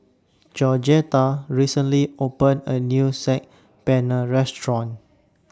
Georgetta recently opened A New Saag Paneer Restaurant